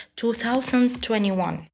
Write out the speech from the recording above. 2021